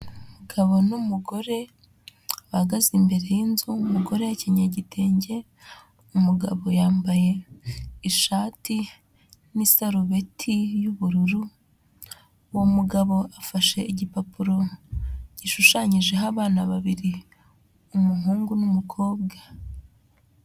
Umugabo n'umugore, bahagaze imbere y'inzu, umugore yakenyeye igitenge, umugabo yambaye ishati n'isarubeti y'ubururu, uwo mugabo afashe igipapuro gishushanyijeho abana babiri, umuhungu, n'umukobwa.